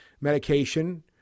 medication